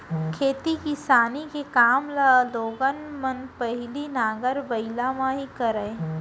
खेती किसानी के काम ल लोगन मन पहिली नांगर बइला म ही करय